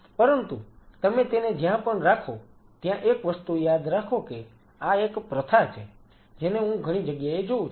પરંતુ તમે તેને જ્યાં પણ રાખો ત્યાં એક વસ્તુ યાદ રાખો કે આ એક પ્રથા છે જેને હું ઘણી જગ્યાએ જોઉં છું